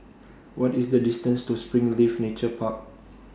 What IS The distance to Springleaf Nature Park